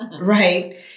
Right